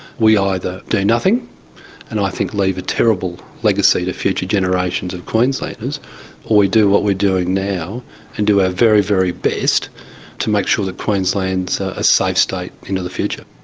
we either do nothing and i think leave a terrible legacy to future generations of queenslanders, or we do what we're doing now and do our very, very best to make sure that queensland's a safe state into the future.